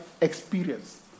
Experience